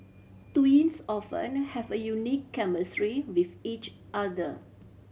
twins often have a unique chemistry with each other